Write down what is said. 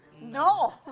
No